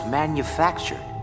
manufactured